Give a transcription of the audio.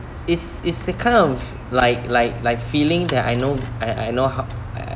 is is the kind of like like like feeling that I know I I know how I I